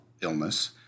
illness